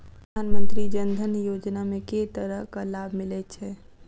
प्रधानमंत्री जनधन योजना मे केँ तरहक लाभ मिलय छै?